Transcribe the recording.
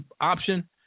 option